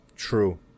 True